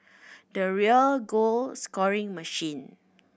the real goal scoring machine